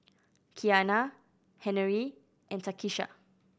Kiana Henery and Takisha